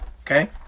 Okay